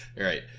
right